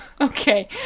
Okay